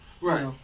Right